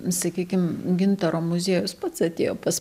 sakykim gintaro muziejus pats atėjo pas